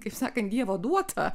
kaip sakant dievo duota